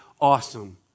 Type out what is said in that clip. awesome